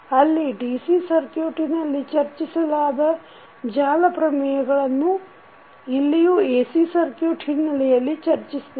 ಅಲ್ಲಿ DC ಸಕ್ಯು೯ಟನಲ್ಲಿ ಚರ್ಚಿಸಿದ ಜಾಲ ಪ್ರಮೇಯಗಳನ್ನು ಇಲ್ಲಿಯೂ AC ಸಕ್ಯು೯ಟ್ ಹಿನ್ನೆಲೆಯಲ್ಲಿ ಚರ್ಚಿಸಿದೆವು